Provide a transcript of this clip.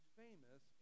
famous